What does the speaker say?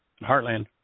Heartland